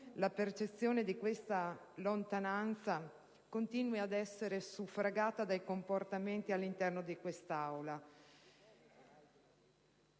La percezione di questa lontananza continua ad essere suffragata dai comportamenti posti in essere all'interno di quest'Aula.